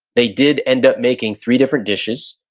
they did end up making three different dishes.